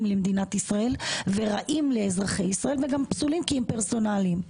למדינת ישראל ורעים לאזרחי ישראל וגם פסולים כי הם פרסונליים.